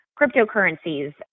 cryptocurrencies